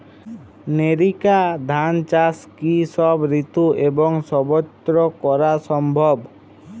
NERICA ধান চাষ কি সব ঋতু এবং সবত্র করা সম্ভব?